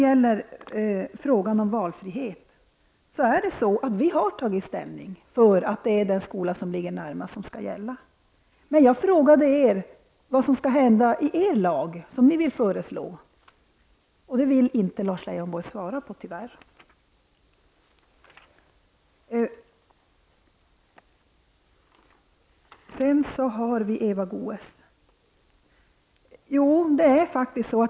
I fråga om valfrihet är det så att vi har tagit ställning för att det är närheten till skolan som skall gälla. Men jag frågade vad som skulle hända i den lag som ni vill lägga fram. Det vill Lars Leijonborg tyvärr inte svara på.